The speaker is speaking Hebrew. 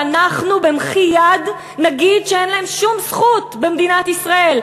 ואנחנו במחי יד נגיד שאין להם שום זכות במדינת ישראל,